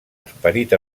esperit